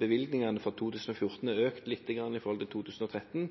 Bevilgningene for 2014 er økt lite grann i forhold til 2013.